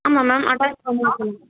ஆமாம் ma'am attach